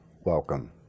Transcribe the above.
welcome